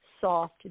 soft